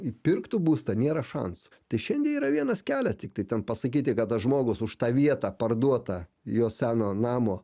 įpirktų būstą nėra šansų tai šiandie yra vienas kelias tiktai ten pasakyti kad tas žmogus už tą vietą parduotą jo seno namo